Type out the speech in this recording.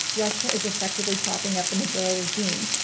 russia is effectively propping up the maduro regime.